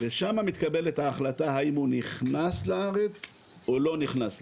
ושם מתקבלת החלטה אם הוא נכנס או לא נכנס לארץ.